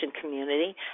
community